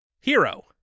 Hero